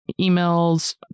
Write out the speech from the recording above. emails